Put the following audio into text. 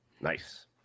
Nice